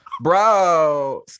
bro